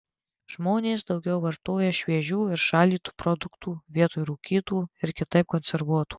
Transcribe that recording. žmonės daugiau vartoja šviežių ir šaldytų produktų vietoj rūkytų ir kitaip konservuotų